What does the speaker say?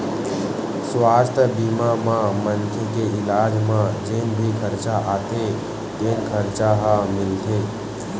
सुवास्थ बीमा म मनखे के इलाज म जेन भी खरचा आथे तेन खरचा ह मिलथे